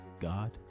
God